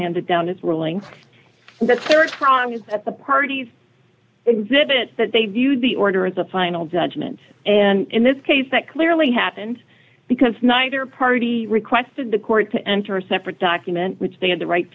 handed down its ruling the rd prong is that the parties exhibit that they viewed the order as a final judgment and in this case that clearly happened because neither party requested the court to enter a separate document which they had the right